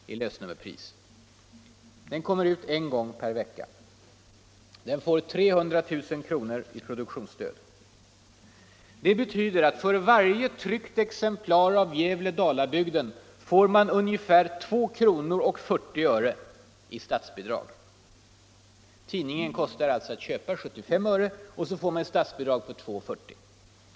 Den kommer ut en gång per vecka. Den får 300 000 i produktionsstöd. Det betyder att för varje tryckt exemplar av Gävle Dalabygden får man ungefär 2:40 kr. i statsbidrag. Tidningen kostar alltså att köpa 75 öre — och så får man statsbidrag med 2:40 kr.!